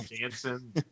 dancing